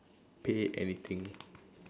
pay anything